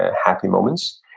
and happy moments?